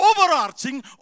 overarching